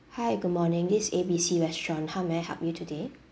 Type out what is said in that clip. hi good morning this A B C restaurant how may I help you today